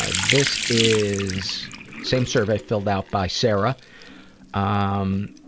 ah this is same survey filled out by sarah ah um